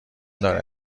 داره